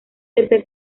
tercer